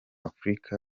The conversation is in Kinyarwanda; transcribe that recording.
afurika